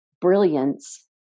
brilliance